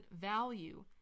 value